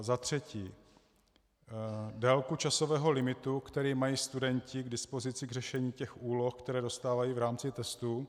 Za třetí, délku časového limitu, který mají studenti k dispozici k řešení těch úloh, které dostávají v rámci testu?